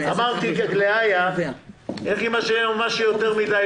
אמרתי לאיה שאימא שלי הייתה אומרת שמה שיותר מדי,